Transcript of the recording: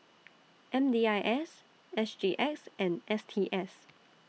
M D I S S G X and S T S